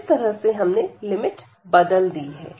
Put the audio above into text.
इस तरह से हमने लिमिट बदल दी है